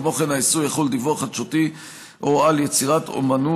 כמו כן האיסור לא יחול על דיווח חדשותי או על יצירת אומנות